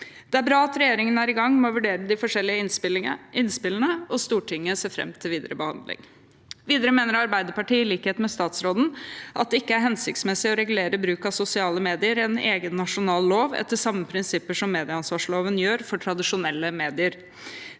Det er bra at regjeringen er i gang med å vurdere de forskjellige innspillene, og Stortinget ser fram til videre behandling. Videre mener Arbeiderpartiet, i likhet med statsråden, at det ikke er hensiktsmessig å regulere bruk av sosiale medier i en egen nasjonal lov etter samme prinsipper som medieansvarsloven gjør for tradisjonelle medier.